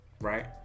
right